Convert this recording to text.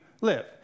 live